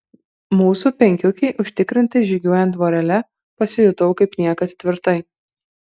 mūsų penkiukei užtikrintai žygiuojant vorele pasijutau kaip niekad tvirtai